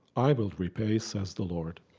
i will repay says the lord.